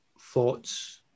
thoughts